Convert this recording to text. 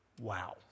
Wow